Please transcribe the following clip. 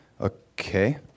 Okay